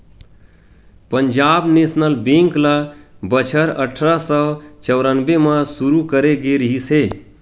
Punjab National Bank ल बछर अठरा सौ चौरनबे म सुरू करे गे रिहिस हे